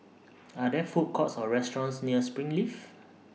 Are There Food Courts Or restaurants near Springleaf